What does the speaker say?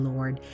Lord